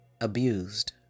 abused